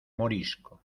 morisco